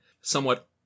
somewhat